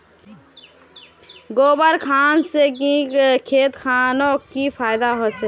गोबर खान से खेत खानोक की फायदा होछै?